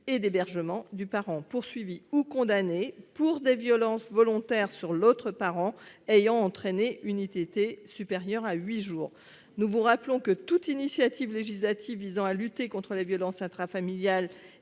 et d'hébergement du parent poursuivi ou condamné pour des violences volontaires sur l'autre parent ayant entraîné une ITT supérieure à huit jours. Une initiative législative visant à lutter contre les violences intrafamiliales